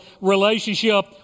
relationship